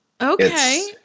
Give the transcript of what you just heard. okay